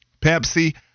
Pepsi